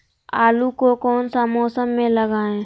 आलू को कौन सा मौसम में लगाए?